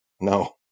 No